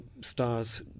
stars